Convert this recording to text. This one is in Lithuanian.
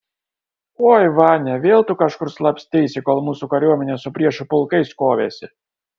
oi vania vėl tu kažkur slapsteisi kol mūsų kariuomenė su priešų pulkais kovėsi